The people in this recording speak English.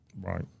right